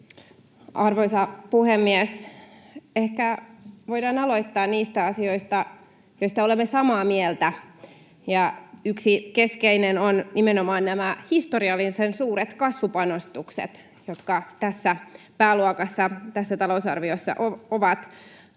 Arvoisa puhemies! Ehkä voidaan aloittaa niistä asioista, joista olemme samaa mieltä. Yksi keskeinen on nimenomaan nämä historiallisen suuret kasvupanostukset, jotka tässä pääluokassa tässä talousarviossa ovat.